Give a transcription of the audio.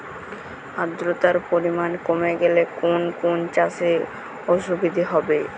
আদ্রতার পরিমাণ কমে গেলে কোন কোন চাষে অসুবিধে হবে?